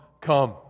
Come